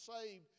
saved